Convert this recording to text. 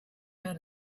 had